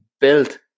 built